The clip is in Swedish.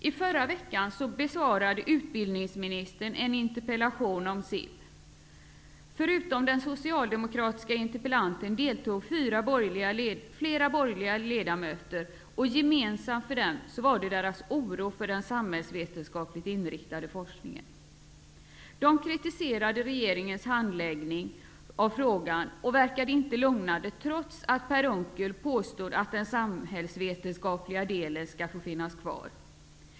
I förra veckan besvarade utbildningsministern en interpellation om SIB. Förutom den socialdemokratiska interpellanten deltog flera borgerliga ledamöter, och gemensamt för dem var deras oro för den samhällsvetenskapligt inriktade forskningen. De kritiserade regeringens handläggning av frågan och verkade inte lugnade, trots att Per Unckel påstod att den samhällsvetenskapliga delen skall få finnas kvar.